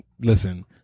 Listen